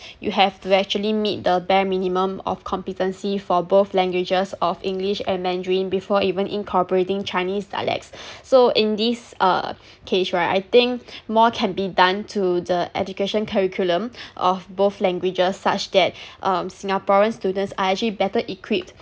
you have to actually meet the bare minimum of competency for both languages of english and mandarin before even incorporating chinese dialects so in this uh case right I think more can be done to the education curriculum of both languages such that um singaporean students are actually better equipped